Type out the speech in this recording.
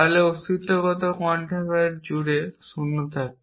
তাহলে অস্তিত্বগত কোয়ান্টিফায়ার জুড়ে শূন্য থাকে